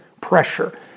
pressure